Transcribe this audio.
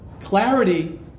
Clarity